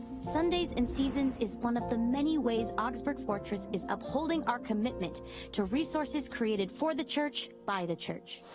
sundays and seasons is one of the many ways augsburg fortress is upholding our commitment to resources created for the church, by the church.